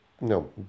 No